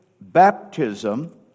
baptism